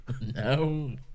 No